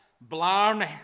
blarney